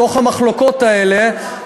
בתוך המחלוקות האלה,